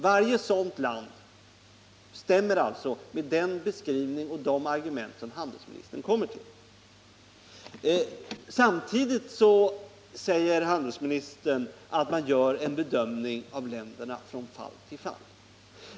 Varje sådant land stämmer alltså med den beskrivning och de argument som handelsministern lägger fram. Samtidigt säger handelsministern att man gör en bedömning av länderna från fall till fall.